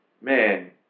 man